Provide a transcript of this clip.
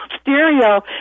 stereo